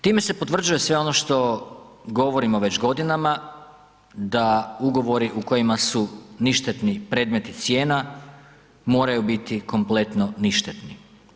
Time se potvrđuje sve ono što govorimo već godinama da ugovori u kojima su ništetni predmeti cijena moraju biti kompletno ništetni.